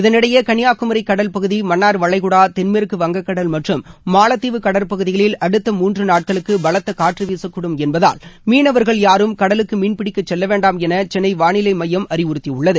இதனிடையே கன்னியாகுமி கடல்பகுதி மன்னார் வளைகுடா தென்மேற்கு வங்கக்கடல் மற்றும் மாலத்தீவு கடற்பகுதிகளில் அடுத்த மூன்று நாட்களுக்கு பலத்த காற்று வீசக்கூடும் என்பதால் மீனவா்கள் யாரும் கடலுக்கு மீன் பிடிக்கச் செல்ல வேண்டாம் என சென்னை வானிலை மையம் அறிவுறுத்தியுள்ளது